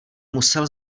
musel